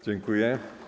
Dziękuję.